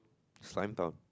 slime down